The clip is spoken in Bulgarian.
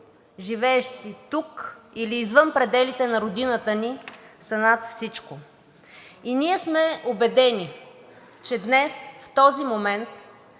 живеещи тук или извън пределите на родината ни, са над всичко. И ние сме убедени, че днес, в този момент,